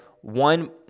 one